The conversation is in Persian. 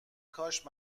کاش